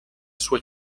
sua